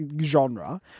genre